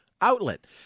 outlet